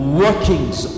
workings